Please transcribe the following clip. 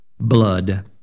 blood